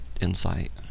insight